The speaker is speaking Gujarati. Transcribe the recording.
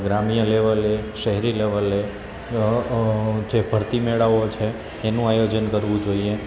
ગ્રામ્ય લેવલે શહેરી લેવલે જે ભરતી મેળાઓ છે એનું આયોજન કરવું જોઈએ